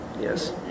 Yes